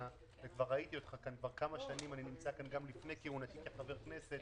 וראיתי אותך כמה שנים אני נמצא כאן גם לפני כהונתי כחבר כנסת